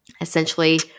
Essentially